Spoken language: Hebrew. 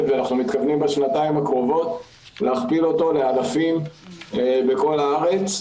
ואנחנו מתכוונים בשנתיים הקרובות להכפיל אותו לאלפים של מושמים בכל הארץ.